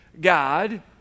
God